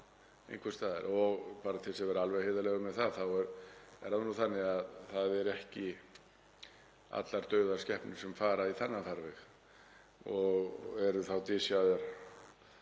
Og bara til að vera alveg heiðarlegur með það þá er það nú þannig að það eru ekki allar dauðar skepnur sem fara í þennan farveg og eru þá dysjaðar